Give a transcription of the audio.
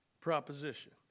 proposition